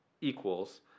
equals